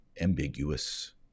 ambiguous